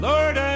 Lord